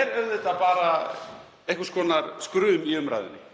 er auðvitað bara einhvers konar skrum í umræðunni.